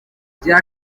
bya